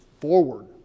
forward